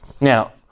Now